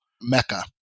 mecca